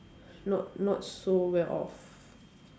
not not so well off